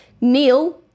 Neil